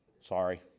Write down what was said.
Sorry